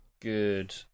Good